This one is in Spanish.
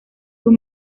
sus